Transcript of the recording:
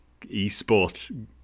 eSports